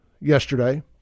yesterday